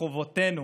מחובתנו